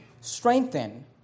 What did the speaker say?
strengthen